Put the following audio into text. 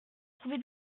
trouver